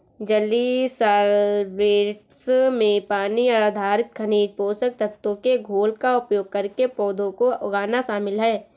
जलीय सॉल्वैंट्स में पानी आधारित खनिज पोषक तत्वों के घोल का उपयोग करके पौधों को उगाना शामिल है